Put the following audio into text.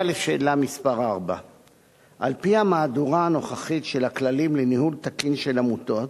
4. על-פי המהדורה הנוכחית של הכללים לניהול תקין של עמותות,